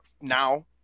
now